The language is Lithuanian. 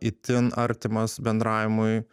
itin artimas bendravimui